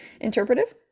Interpretive